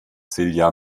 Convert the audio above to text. silja